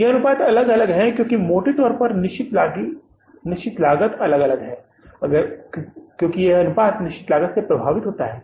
यह अनुपात अलग है क्योंकि मोटे तौर पर यह निश्चित लागत से प्रभावित होता है